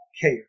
care